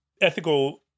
ethical